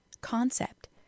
concept